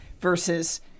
versus